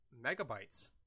megabytes